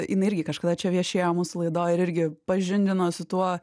jinai irgi kažkada čia viešėjo mūsų laidoj ir irgi pažindino su tuo